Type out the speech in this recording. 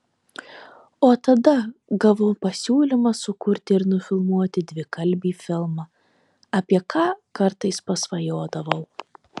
o tada gavau pasiūlymą sukurti ir nufilmuoti dvikalbį filmą apie ką kartais pasvajodavau